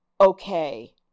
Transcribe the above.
okay